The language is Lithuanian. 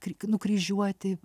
kri nukryžiuoti